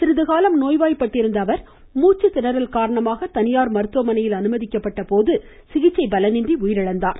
சிறிதுகாலம் நோய்வாய்ப்பட்டிருந்த அவர் மூச்சுத்திணறல் காரணமாக தனியார் மருத்துவமனையில் அனுமதிக்கப்பட்ட போது சிகிச்சை பலனின்றி உயிரிழந்தார்